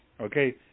Okay